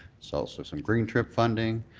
so so some green trip funding,